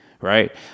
right